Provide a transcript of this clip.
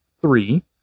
three